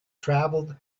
travelled